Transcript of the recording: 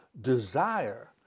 desire